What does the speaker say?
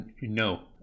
No